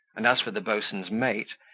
and as for the boatswain's mate,